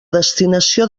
destinació